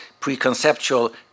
preconceptual